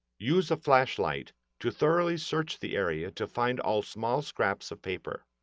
use a flashlight to thoroughly search the area to find all small scraps of paper.